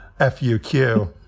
F-U-Q